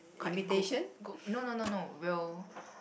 quite good good no no no no real